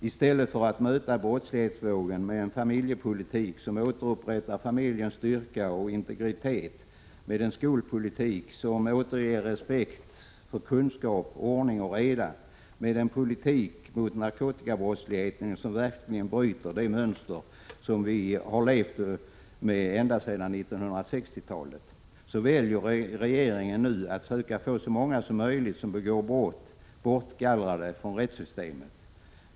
I stället för att möta brottslighetsvågen med en familjepolitik som återupprättar familjens styrka och integritet, med en skolpolitik som återger respekt för kunskap, ordning och reda, med en politik mot narkotikabrottslighet som verkligen bryter det mönster som vi har levt med ända sedan 1960-talet, väljer regeringen nu att söka få så många som möjligt som begår brott bortgallrade från rättssystemet.